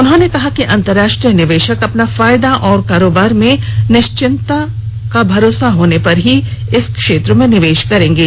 उन्होंने कहा कि अंतर्राष्ट्रीय निवेशक अपना फायदा और कारोबार में निश्चिन्तंता का भरोसा होने पर ही इस क्षेत्र में निवेश करेंगे